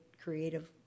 creative